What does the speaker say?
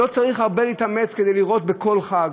לא צריך להתאמץ הרבה כדי לראות בכל חג,